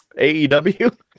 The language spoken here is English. aew